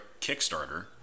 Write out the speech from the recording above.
Kickstarter